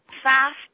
fast